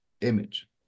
image